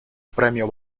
premio